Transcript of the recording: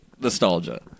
nostalgia